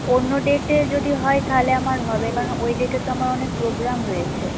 অন্য ডেটে যদি হয় তাহলে আমার হবে কারণ ওই ডেটে তো আমার অনেক প্রোগ্রাম রয়েছে